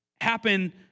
happen